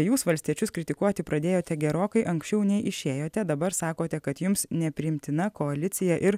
jūs valstiečius kritikuoti pradėjote gerokai anksčiau nei išėjote dabar sakote kad jums nepriimtina koalicija ir